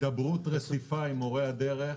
יש לנו הידברות רציפה עם מורי הדרך.